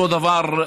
אותו דבר,